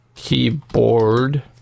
keyboard